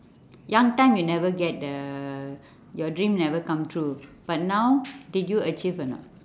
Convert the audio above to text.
young time you never get the your dream never come true but now did you achieve or not